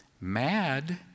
mad